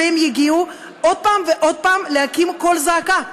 ויגיעו עוד פעם ועוד פעם להקים קול זעקה.